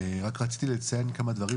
רק רציתי לציין כמה דברים.